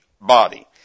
body